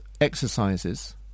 exercises